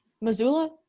Missoula